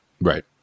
Right